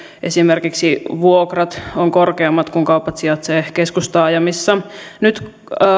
esimerkiksi vuokrat ovat korkeammat kun kaupat sijaitsevat keskustaajamissa nyt